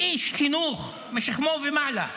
איש חינוך משכמו ומעלה,